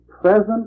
present